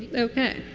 okay.